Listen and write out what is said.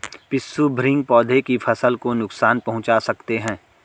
पिस्सू भृंग पौधे की फसल को नुकसान पहुंचा सकते हैं